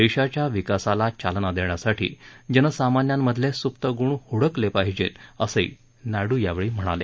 देशाच्या विकासाला चालना देण्यासाठी जनसामान्यांमधले सुप्त गुण हुडकले पाहिजेत असंही नायडू यावेळी म्हणाले